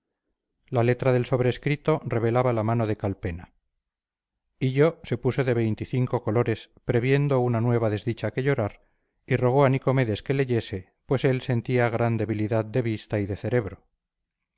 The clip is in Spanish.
la letra del sobrescrito revelaba la mano de calpena hillo se puso de veinticinco colores previendo una nueva desdicha que llorar y rogó a nicomedes que leyese pues él sentía gran debilidad de vista y de cerebro